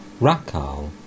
Rakal